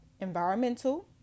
environmental